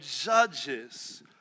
judges